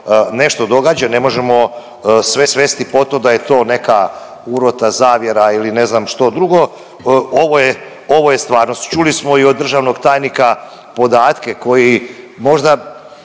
nešto događa, ne možemo sve svesti pod to da je to neka urota, zavjera ili ne znam što drugo, ovo je, ovo je stvarnost. Čuli smo i od državnog tajnika podatke koji možda